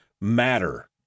matter